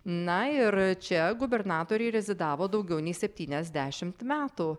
na ir čia gubernatoriai rezidavo daugiau nei septyniasdešimt metų